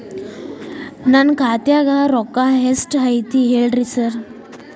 ನನ್ ಖಾತ್ಯಾಗ ರೊಕ್ಕಾ ಎಷ್ಟ್ ಐತಿ ಹೇಳ್ರಿ ಸಾರ್?